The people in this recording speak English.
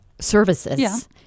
services